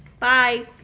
bye!